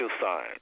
sign